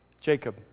Jacob